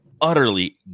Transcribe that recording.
utterly